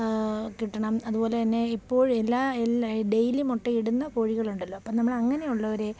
കിട്ടണം അതുപോലെ തന്നെ ഇപ്പോൾ എല്ലാ എല്ലാ ഡെയിലി മുട്ടയിടുന്ന കോഴികൾ ഉണ്ടല്ലോ അപ്പോൾ നമ്മൾ അനെയുള്ളവരെ